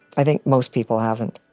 i think most people haven't